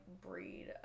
breed